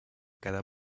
quedar